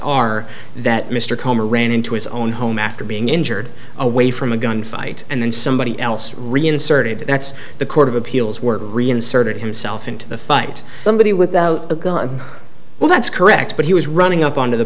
are that mr komer ran into his own home after being injured away from a gun fight and then somebody else reinserted that's the court of appeals were reinserted himself into the fight somebody with well that's correct but he was running up on to the